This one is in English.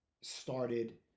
started